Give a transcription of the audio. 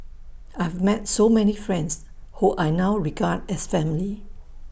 I have met so many friends who I now regard as family